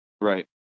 Right